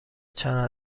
چند